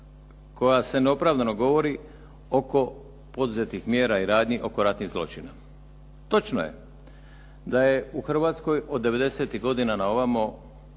koja se neopravdano govori oko poduzetih mjera i radnji oko ratnih zločina. Točno je da je u Hrvatskoj od devedesetih godina na ovamo